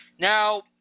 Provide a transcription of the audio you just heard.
Now